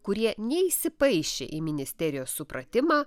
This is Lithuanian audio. kurie neįsipaišė į ministerijos supratimą